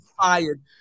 fired